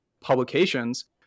publications